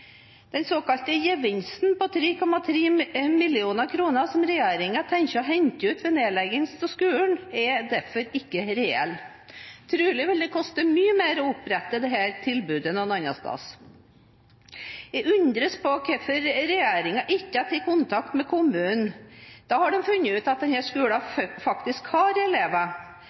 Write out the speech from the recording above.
Den såkalte gevinsten på 3,3 mill. kr som regjeringen tenker å hente ut ved nedlegging av skolen, er derfor ikke reell. Trolig vil det koste mye mer å opprette dette tilbudet et annet sted. Jeg undres på hvorfor regjeringen ikke har vært i kontakt med kommunen. Da hadde de funnet ut at